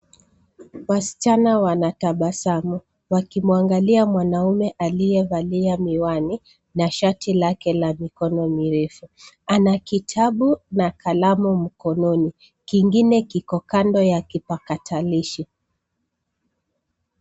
Wasichana wanatabasamu wakimwangalia mwanaume aliyevalia miwani na shati lake la mikono mirefu. Ana kitabu na kalamu mkononi, kingine kiko kando ya kipakatalishi.